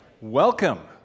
Welcome